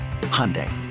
Hyundai